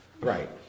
Right